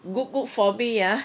no good for me ah